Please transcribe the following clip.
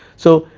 so,